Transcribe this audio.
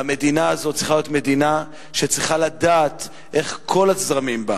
והמדינה הזאת צריכה להיות מדינה שצריכה לדעת איך כל הזרמים בה,